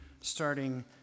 starting